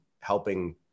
helping